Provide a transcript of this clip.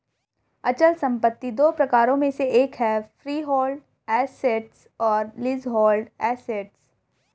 अचल संपत्ति दो प्रकारों में से एक है फ्रीहोल्ड एसेट्स और लीजहोल्ड एसेट्स